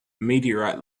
meteorite